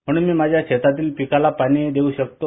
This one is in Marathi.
म्हणून मी माझ्या शेतातली पिकाला पाणी देऊ शकतो